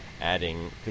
adding